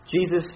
Jesus